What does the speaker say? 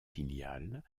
filiales